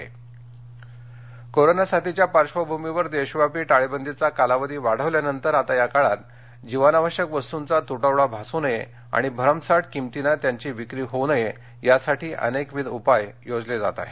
Paswan corona साथीच्या पार्श्वभूमीवर देशव्यापी टाळेबंदीचा कालावधी वाढवल्यानंतर आता या काळात जीवनावश्यक वस्तूंचा तुटवडा भासू नये आणि भरमसाठ किंमतीने त्याची विक्री होऊ नये यासाठी अनेकविध उपाय योजले जात आहेत